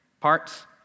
parts